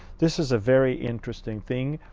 this is a very interesting thing.